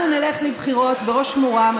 אנחנו נלך לבחירות בראש מורם,